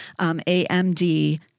AMD